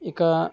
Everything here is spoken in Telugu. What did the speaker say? ఇక